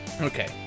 Okay